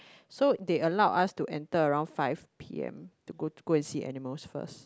so they allowed us to enter around five p_m to go go and see animals first